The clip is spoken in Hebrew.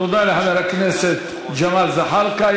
תודה לחבר הכנסת ג'מאל זחאלקה.